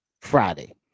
Friday